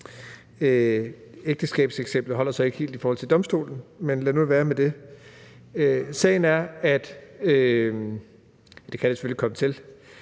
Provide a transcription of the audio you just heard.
ægteskabseksemplet holder så ikke helt i forhold til domstolen, men lad nu det være – det kan det selvfølgelig komme til.